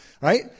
right